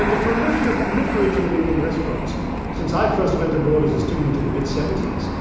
and the proliferation proliferation of indian restaurants since i first went abroad as a student, in the mid seventy s,